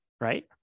right